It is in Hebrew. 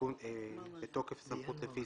בוקר טוב.